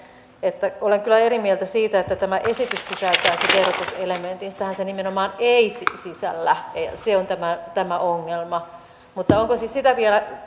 että olen kyllä eri mieltä siitä että tämä esitys sisältäisi verotuselementin sitähän se nimenomaan ei sisällä ja se on tämä tämä ongelma mutta sitä vielä